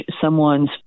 someone's